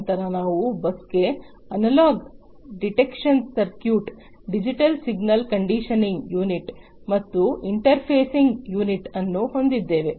ನಂತರ ನಾವು ಬಸ್ಗೆ analog detection circuit digital signal conditioning unit ಮತ್ತು ಇಂಟರ್ಫೇಸಿಂಗ್ ಯುನಿಟ್ ಅನ್ನು ಹೊಂದಿದ್ದೇವೆ